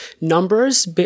numbers